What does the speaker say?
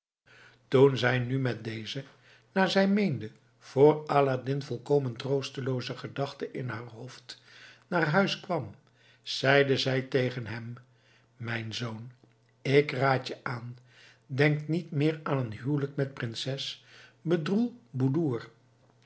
toen zij nu met deze naar zij meende voor aladdin volkomen troostlooze gedachten in haar hoofd naar huis kwam zeide zij tegen hem mijn zoon ik raad je aan denk niet meer aan een huwelijk met prinses bedroelboedoer